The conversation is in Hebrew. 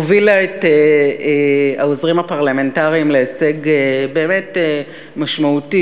הובילה את העוזרים הפרלמנטריים להישג באמת משמעותי,